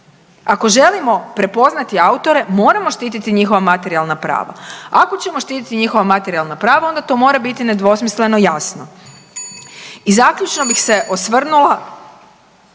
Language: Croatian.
Ako želimo prepoznati autore moramo štititi njihova materijalna prava. Ako ćemo štititi njihova materijalna prava onda to mora biti nedvosmisleno jasno. I zaključno bih se osvrnula